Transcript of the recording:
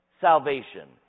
salvation